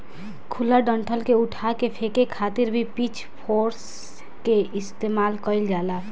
खुला डंठल के उठा के फेके खातिर भी पिच फोर्क के इस्तेमाल कईल जाला